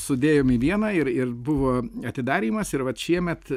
sudėjom į vieną ir ir buvo atidarymas ir vat šiemet